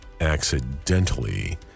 accidentally